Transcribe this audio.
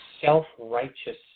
self-righteous